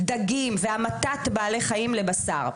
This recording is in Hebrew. דגים והמתת בעלי חיים לבשר.